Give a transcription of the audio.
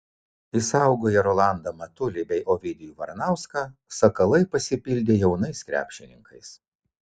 išsaugoję rolandą matulį bei ovidijų varanauską sakalai pasipildė jaunais krepšininkais